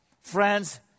Friends